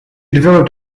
developed